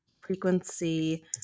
frequency